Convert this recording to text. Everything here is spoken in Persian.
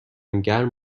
گرم